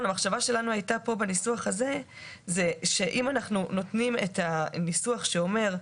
המחשבה שלנו בניסוח הזה הייתה שאם אנחנו נותנים ניסוח שאומר: